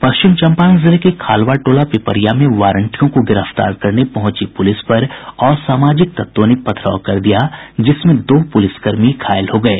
पश्चिम चंपारण जिले के खालवा टोला पिपरिया में वारंटियों को गिरफ्तार करने पहुंची पुलिस पर असामाजिक तत्वों ने पथराव कर दिया जिसमें दो पुलिसकर्मी घायल हो गये